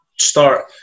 Start